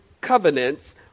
covenants